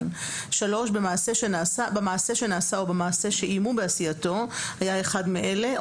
"במעשה שנעשה או במעשה שאיימו בעשייתו היה אחד מאלה,